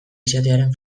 izatearen